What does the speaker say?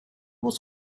was